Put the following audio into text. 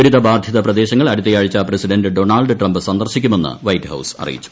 ദൂരിതബ്രാധിത പ്രദേശങ്ങൾ അടുത്ത ആഴ്ച പ്രസിഡന്റ് ഡൊണാൾഡ് ട്രംപ് സന്ദർശിക്കുമെന്ന് വൈറ്റ് ഹൌസ് അറിയിച്ചു